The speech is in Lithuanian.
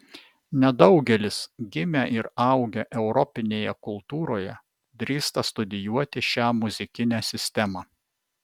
nedaugelis gimę ir augę europinėje kultūroje drįsta studijuoti šią muzikinę sistemą